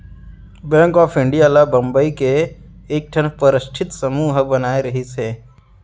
bank of India ल बंबई के एकठन परस्ठित समूह ह बनाए रिहिस हे